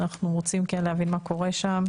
אנחנו כן רוצים להבין מה קורה שם,